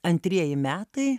antrieji metai